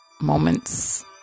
moments